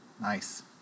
Nice